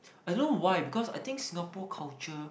I don't know why because I think Singapore culture